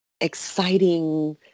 exciting